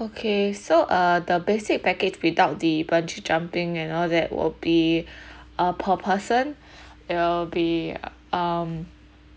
okay so uh the basic package without the bungee jumping and all that will be uh per person it will be um